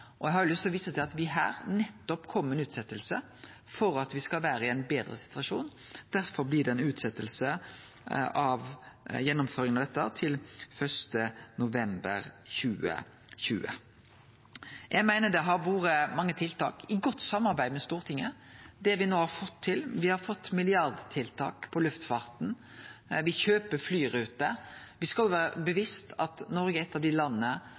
Eg har lyst til å vise til at me her kom med ei utsetjing nettopp for at me skal vere i ein betre situasjon. Derfor blir det ei utsetjing av gjennomføringa av dette til 1. november 2020. Eg meiner me har fått til mange tiltak i godt samarbeid med Stortinget. Me har fått milliardtiltak for luftfarten, me kjøper flyruter. Me skal vere bevisste på at Noreg er eit av dei landa